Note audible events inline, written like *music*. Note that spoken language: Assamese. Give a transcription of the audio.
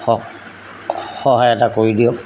*unintelligible* সহায় এটা কৰি দিয়ক